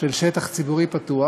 של שטח ציבורי פתוח.